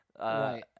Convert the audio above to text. Right